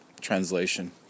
Translation